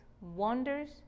wonders